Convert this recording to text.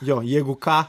jo jeigu ką